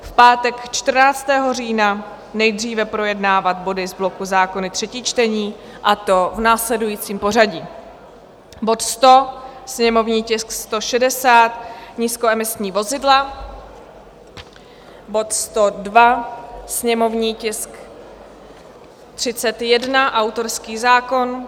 V pátek 14. října nejdříve projednávat body z bloku Zákony třetí čtení, a to v následujícím pořadí: bod 100, sněmovní tisk 160 nízkoemisní vozidla; bod 102, sněmovní tisk 31 autorský zákon;